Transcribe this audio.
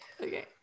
okay